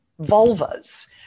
vulvas